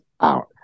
out